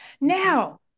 Now